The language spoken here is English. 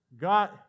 God